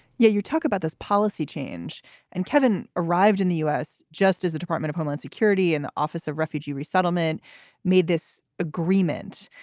yeah you talk about this policy change and kevin arrived in the u s. just as the department of homeland security and the office of refugee resettlement made this agreement.